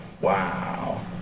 wow